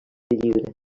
llibre